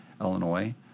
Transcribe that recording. Illinois